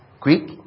Quick